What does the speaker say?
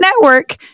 network